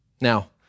Now